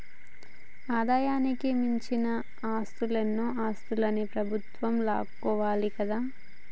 ఆదాయానికి మించిన ఆస్తులన్నో ఆస్తులన్ని ప్రభుత్వం లాక్కోవాలి కదా